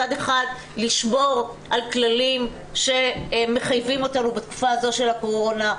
מצד אחד נשמור על כללים שמחייבים אותנו בתקופה הזאת של הקורונה,